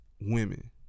women